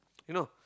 you know